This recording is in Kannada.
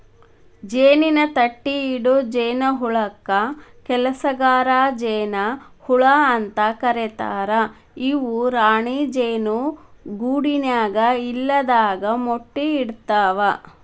ಜೇನಿನ ತಟ್ಟಿಇಡೊ ಜೇನಹುಳಕ್ಕ ಕೆಲಸಗಾರ ಜೇನ ಹುಳ ಅಂತ ಕರೇತಾರ ಇವು ರಾಣಿ ಜೇನು ಗೂಡಿನ್ಯಾಗ ಇಲ್ಲದಾಗ ಮೊಟ್ಟಿ ಇಡ್ತವಾ